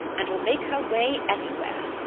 and will make her way anywhere,